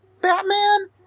Batman